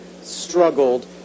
struggled